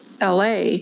LA